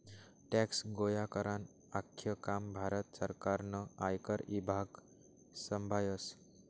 tax गोया करानं आख्खं काम भारत सरकारनं आयकर ईभाग संभायस